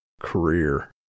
career